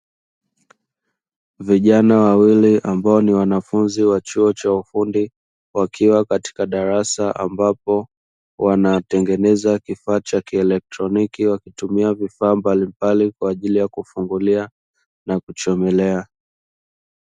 Vijana wawili ambao ni wanafunzi wa chuo cha ufundi wakiwa katika darasa ambapo, wanatengeneza kifaa cha kielektroniki wakitumia vifaa mbalimbali kwa ajili ya kufungulia na kuchomelea.